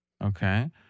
Okay